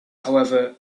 however